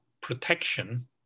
protection